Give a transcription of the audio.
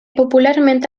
popularment